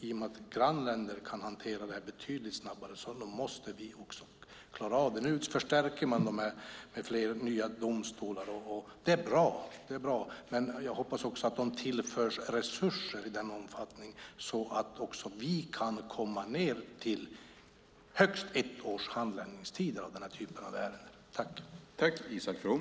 I grannländerna kan man hantera sådant här betydligt snabbare, och då måste vi också klara av det. Nu förstärker man detta med fler nya domstolar. Det är bra, men jag hoppas att de också tillförs resurser så att också vi kan komma ned till högst ett års handläggningstid i den här typen av ärenden.